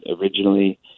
originally